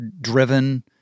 driven